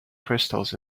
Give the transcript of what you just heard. crystals